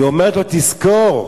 היא אומרת: תזכור,